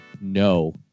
no